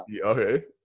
Okay